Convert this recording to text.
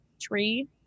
tree